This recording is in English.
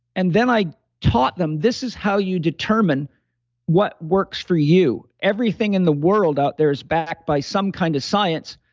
and then i taught them, this is how you determine what works for you. everything in the world out there is backed by some kind of science,